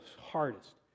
hardest